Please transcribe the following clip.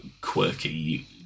quirky